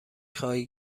خواهی